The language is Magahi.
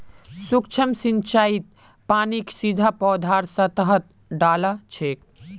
सूक्ष्म सिंचाईत पानीक सीधा पौधार सतहत डा ल छेक